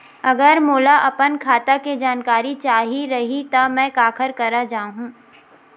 अगर मोला अपन खाता के जानकारी चाही रहि त मैं काखर करा जाहु?